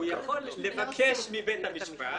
הוא יכול לבקש מבית המשפט.